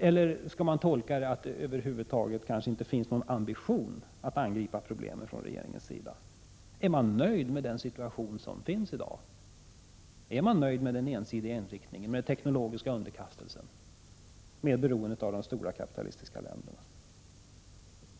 Har regeringen kanske över huvud taget ingen ambition att angripa problemen med den ensidiga inriktningen av handeln och den teknologiska underkastelsen och beroendet av de stora kapitalistiska länderna?